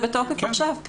לפרופורציות.